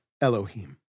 Elohim